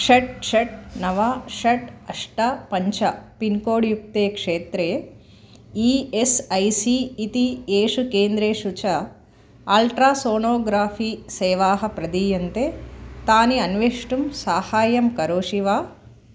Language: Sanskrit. षट् षट् नव षट् अष्ट पञ्च पिन्कोड् युक्ते क्षेत्रे ई एस् ऐ सी इति येषु केन्द्रेषु च आल्ट्रा सोनोग्राफ़ी सेवाः प्रदीयन्ते तानि अन्वेष्टुं सहायं करोषि वा